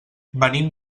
venim